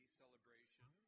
celebration